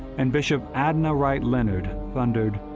and bishop adna wright leonard thundered,